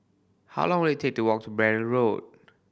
how long will it take to walk to Braddell Road